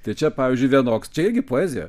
tai čia pavyzdžiui vienoks čia irgi poezija